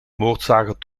moordzaken